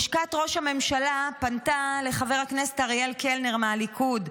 לשכת ראש הממשלה פנתה לחבר הכנסת אריאל קלנר מהליכוד,